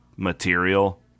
material